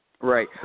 Right